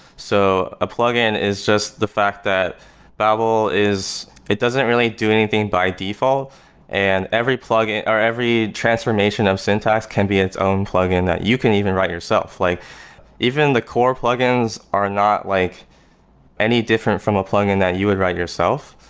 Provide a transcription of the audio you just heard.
so a plugin is just the fact that babel is it doesn't really do anything by default and every plugin, or every transformation of syntax can be its own plugin that you can even write yourself like even the core plugins are not like any different from a plug-in that you would write yourself.